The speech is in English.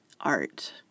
art